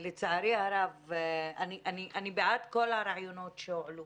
אני בעד כל הרעיונות שהועלו